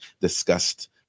discussed